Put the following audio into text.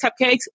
Cupcakes